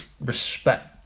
respect